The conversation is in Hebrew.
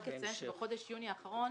רק אציין שבחודש יוני האחרון